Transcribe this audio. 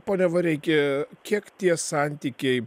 pone vareiki kiek tie santykiai